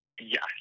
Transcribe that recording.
Yes